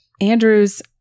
Andrew's